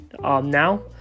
now